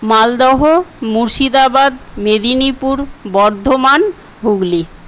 Malda Murshidabad Medinipur Bardhaman Hooghly